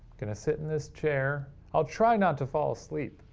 gonna sit in this chair. i'll try not to fall asleep.